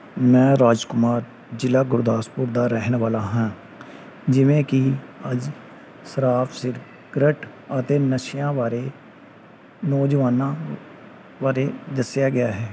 ਮੈਂ ਰਾਜਕੁਮਾਰ ਜ਼ਿਲ੍ਹਾ ਗੁਰਦਾਸਪੁਰ ਦਾ ਰਹਿਣ ਵਾਲਾ ਹਾਂ ਜਿਵੇਂ ਕਿ ਅੱਜ ਸ਼ਰਾਬ ਸਿਗਰਟ ਅਤੇ ਨਸ਼ਿਆਂ ਬਾਰੇ ਨੌਜਵਾਨਾਂ ਬਾਰੇ ਦੱਸਿਆ ਗਿਆ ਹੈ